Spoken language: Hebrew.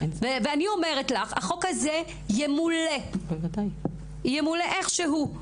ואני אומרת לך, החוק הזה ימולא, ימולא איך שהוא.